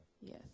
Yes